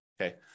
Okay